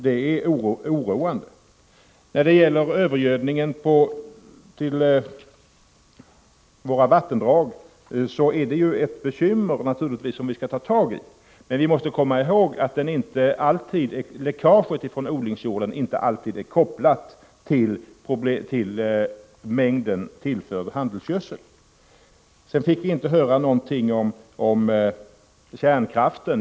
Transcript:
Det är oroande. Övergödningen av våra vattendrag är naturligtvis ett bekymmer som vi skall ta tag i. Men vi måste komma ihåg att storleken av läckaget från odlingsjorden inte alltid är kopplad till mängden tillförd handelsgödsel. Vi fick inte höra någonting om kärnkraften.